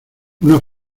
una